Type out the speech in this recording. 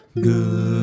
Good